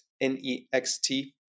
N-E-X-T